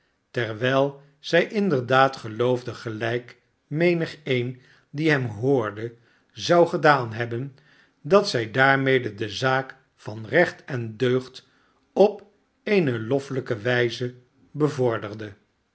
terwijl zij inderdaad geloofde gelijk menigeen die hem hoorde zou gedaan hebben dat zij daarmede de zaak van recht en deugd op eene loflijke wijze bevorderde